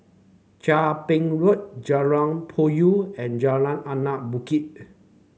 Chia Ping Road Jalan Puyoh and Jalan Anak Bukit